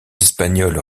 espagnols